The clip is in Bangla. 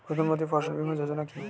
প্রধানমন্ত্রী ফসল বীমা যোজনা কি?